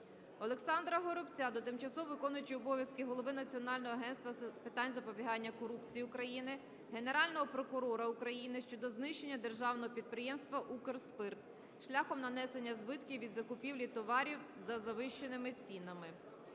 Олександра Горобця до тимчасово виконуючої обов'язки голови Національного агентства з питань запобігання корупції України, Генерального прокурора України щодо знищення Державного підприємства "Укрспирт" шляхом нанесення збитків від закупівлі товарів за завищеними цінами.